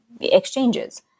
exchanges